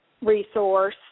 resource